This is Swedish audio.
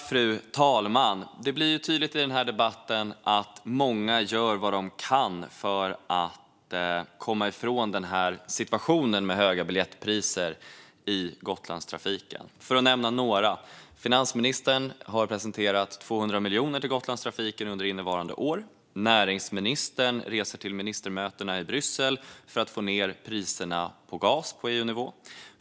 Fru talman! Det blir tydligt i debatten att många gör vad de kan för att komma ifrån situationen med höga biljettpriser i Gotlandstrafiken. Jag ska nämna några. Finansministern har presenterat 200 miljoner till Gotlandstrafiken under innevarande år. Näringsministern reser till ministermötena i Bryssel för att sänka priserna på gas på EU-nivå.